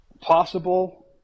Possible